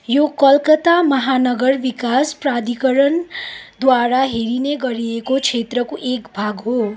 यो कोलकत्ता महानगर विकास प्राधिकरणद्वारा हेरिने गरिएको क्षेत्रको एक भाग हो